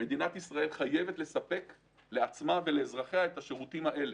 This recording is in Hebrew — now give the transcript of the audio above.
מדינת ישראל חייבת לספק לעצמה ולאזרחיה את השירותים האלה.